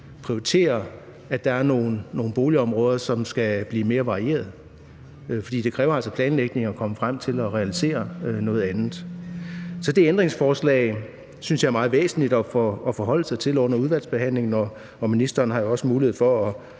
prioritere, at der er nogle boligområder, som skal gøres mere varierede? For det kræver altså planlægning at komme frem til at realisere noget andet. Så det ændringsforslag synes jeg er meget væsentligt at forholde sig til under udvalgsbehandlingen, og ministeren har jo også mulighed for at